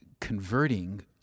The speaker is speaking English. converting